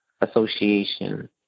Association